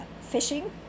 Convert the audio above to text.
fishing